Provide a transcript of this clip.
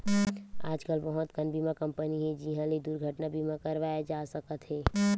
आजकल बहुत कन बीमा कंपनी हे जिंहा ले दुरघटना बीमा करवाए जा सकत हे